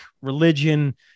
religion